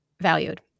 valued